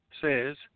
says